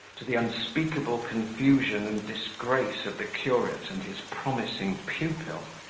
to the unspeakable confusion and disgrace of the curate and his promising pupil.